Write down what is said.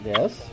Yes